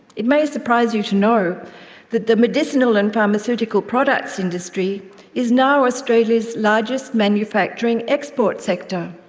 it may surprise you to know that the medicinal and pharmaceutical products industry is now australia's largest manufacturing export sector.